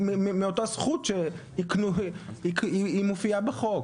מאותה הזכות שהיא מופיעה בחוק.